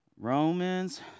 Romans